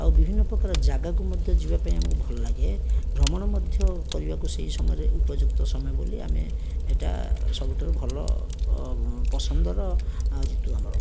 ଆଉ ବିଭିନ୍ନପ୍ରକାର ଜାଗାକୁ ମଧ୍ୟ ଯିବାପାଇଁ ଆମକୁ ଭଲଲାଗେ ଭ୍ରମଣ ମଧ୍ୟ କରିବାକୁ ସେଇ ସମୟରେ ଉପଯୁକ୍ତ ସମୟ ବୋଲି ଆମେ ଏଇଟା ସବୁଠାରୁ ଭଲ ଅ ପସନ୍ଦର ଋତୁ ଆମର